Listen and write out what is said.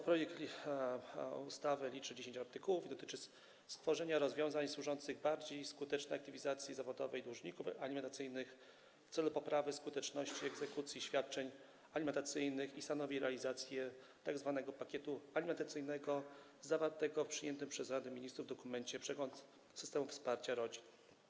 Projekt ustawy liczy 10 artykułów i dotyczy stworzenia rozwiązań służących bardziej skutecznej aktywizacji zawodowej dłużników alimentacyjnych w celu poprawy skuteczności egzekucji świadczeń alimentacyjnych, i stanowi realizację tzw. pakietu alimentacyjnego zawartego w przyjętym przez Radę Ministrów dokumencie „Przegląd systemów wsparcia rodzin”